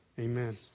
Amen